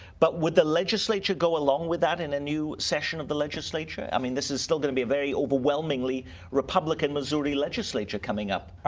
but would the legislature go along with that in a new session of the legislature? i mean, this is still going to be a very overwhelmingly republican missouri legislature coming up.